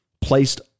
placed